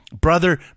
Brother